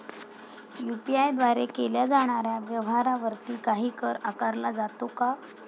UPI द्वारे केल्या जाणाऱ्या व्यवहारावरती काही कर आकारला जातो का?